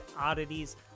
oddities